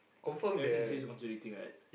everything you say is contradicting right